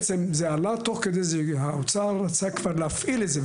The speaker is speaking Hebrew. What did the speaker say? למעשה האוצר כבר רצה להפעיל את זה,